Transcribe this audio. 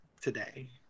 today